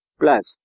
plus